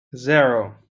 zero